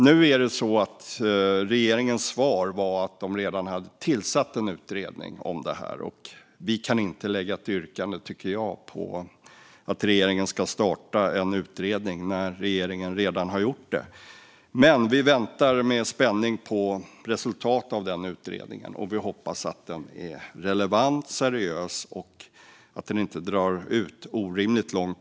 Nu är det dock så att regeringens svar var att man redan har tillsatt en utredning om det här. Vi kan inte göra ett yrkande, tycker jag, på att regeringen ska starta en utredning när regeringen redan har gjort det. Men vi väntar med spänning på resultatet av den utredningen, och vi hoppas att den är relevant och seriös och inte drar ut på tiden orimligt mycket.